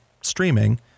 streaming